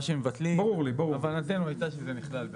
מה שמבטלים, כוונתנו הייתה שזה נכלל ב-(א).